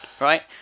right